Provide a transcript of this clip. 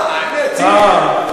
אה, האמת.